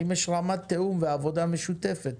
האם יש רמת תיאום ועבודה משותפת,